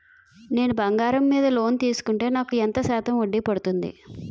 నేను బంగారం మీద లోన్ తీసుకుంటే నాకు ఎంత శాతం వడ్డీ పడుతుంది?